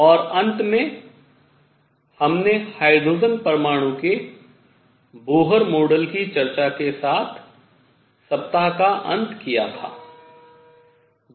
और अंत में हमने हाइड्रोजन परमाणु के बोहर मॉडल की चर्चा के साथ सप्ताह का अंत किया था